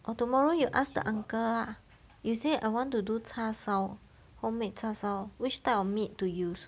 or tomorrow you ask the uncle ah you say I want to do 叉烧 homemade 叉烧 which type of meat to use